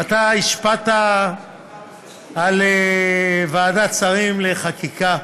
ואתה השפעת על ועדת שרים לחקיקה,